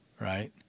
right